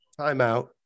timeout